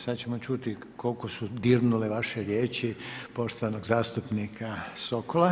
Sada ćemo čuti koliko su dirnule vaše riječi poštovanog zastupnika Sokola.